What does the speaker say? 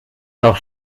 doch